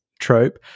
trope